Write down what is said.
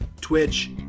Twitch